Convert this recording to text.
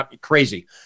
crazy